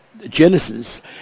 genesis